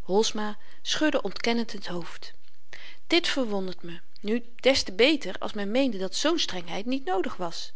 holsma schudde ontkennend het hoofd dit verwondert me nu des te beter als men meende dat z'n strengheid niet noodig was